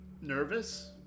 nervous